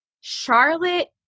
Charlotte